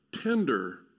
tender